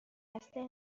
دسته